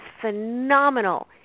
phenomenal